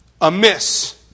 amiss